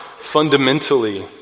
fundamentally